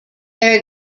there